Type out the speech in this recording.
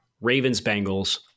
Ravens-Bengals